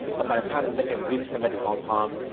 but by the time lek and wif came back to hong kong,